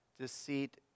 deceit